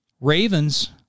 Ravens